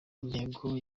intego